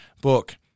book